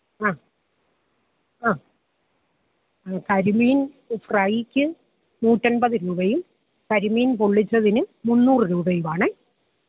ആ ആ കരിമീൻ ഫ്രൈക്ക് നൂറ്റെൺപത് രൂപയും കരിമീൻ പൊള്ളിച്ചതിന് മുന്നൂറ് രൂപയുമാണെ